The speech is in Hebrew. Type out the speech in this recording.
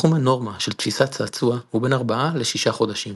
תחום הנורמה של תפיסת צעצוע הוא בין 4-6 חודשים.